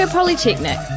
Polytechnic